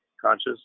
conscious